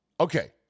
Okay